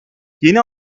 yeni